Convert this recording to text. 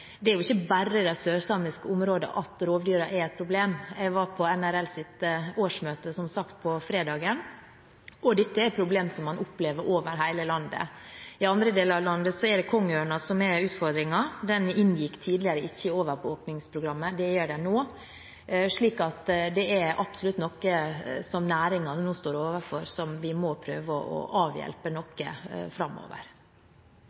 ikke bare i de sørsamiske områdene at rovdyrene er et problem. Jeg var som sagt på NRLs årsmøte på fredag. Dette er et problem man opplever over hele landet. I andre deler av landet er det kongeørnen som er utfordringen. Den inngikk ikke tidligere i overvåkningsprogrammet, men det gjør den nå. Dette er absolutt noe som næringen nå står overfor, og som vi må prøve å avhjelpe noe framover.